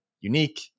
unique